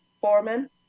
Foreman